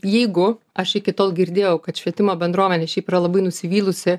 jeigu aš iki tol girdėjau kad švietimo bendruomenė šiaip yra labai nusivylusi